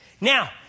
Now